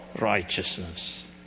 righteousness